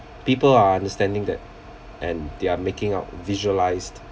people are understanding that and they're making out visualised